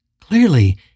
Clearly